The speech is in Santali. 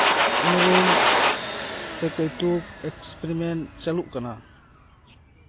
ᱩᱱᱩᱨᱩᱢ ᱥᱮ ᱠᱟᱹᱭᱛᱩᱠ ᱮᱠᱥᱯᱨᱤᱢᱮᱱᱴ ᱪᱟᱹᱞᱩᱜ ᱠᱟᱱᱟ